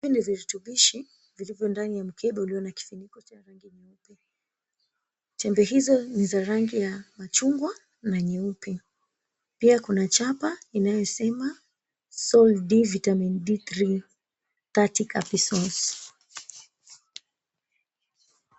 Hivi ni virutubishi vilivyo ndani ya mkebe ulio na kifuniko cha rangi nyeupe. Tembe hizo ni za rangi ya machungwa na nyeupe. Pia kuna chapa inayosema, Sol D Vitamin D3 30 Capsules.